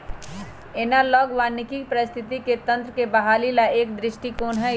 analogue वानिकी पारिस्थितिकी तंत्र के बहाली ला एक दृष्टिकोण हई